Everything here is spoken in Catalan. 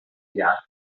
llargs